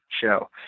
show